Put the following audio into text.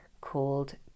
called